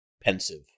pensive